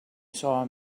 saw